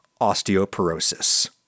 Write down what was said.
osteoporosis